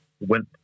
went